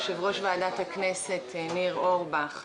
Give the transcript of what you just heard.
יושב-ראש ועדת הכנסת ניר אורבך,